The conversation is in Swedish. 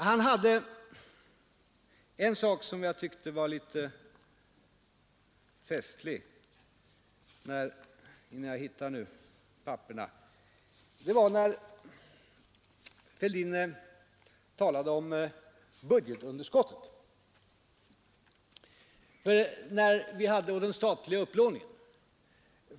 En sak tyckte jag var litet festlig. Det var när herr Fälldin talade om budgetunderskottet och den statliga upplåningen.